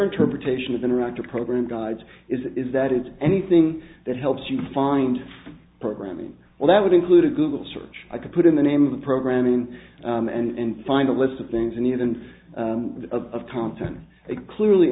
interpretation of interactive program guides is that it's anything that helps you find programming well that would include a google search i could put in the name of the programming and find a list of things and in and of content it clearly